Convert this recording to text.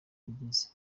igeze